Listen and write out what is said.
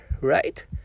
right